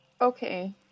Okay